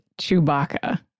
Chewbacca